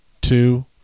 two